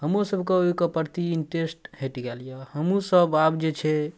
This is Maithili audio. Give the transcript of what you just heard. हमरोसभके ओहिके प्रति इन्टेरेस्ट हटि गेल अइ हमहूँसभ आब जे छै